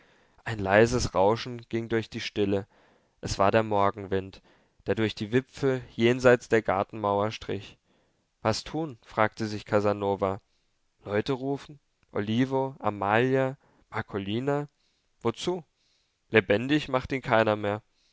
ein leises rauschen ging durch die stille es war der morgenwind der durch die wipfel jenseits der gartenmauer strich was tun fragte sich casanova leute rufen olivo amalia marcolina wozu lebendig macht ihn keiner mehr